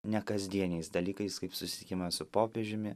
nekasdieniais dalykais kaip susitikimas su popiežiumi